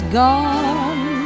gone